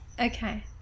Okay